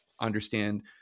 understand